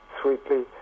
sweetly